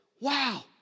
wow